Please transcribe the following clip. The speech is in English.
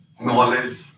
knowledge